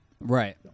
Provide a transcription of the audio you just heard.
right